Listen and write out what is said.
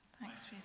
Thanks